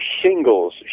shingles